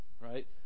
Right